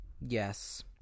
Yes